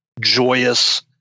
joyous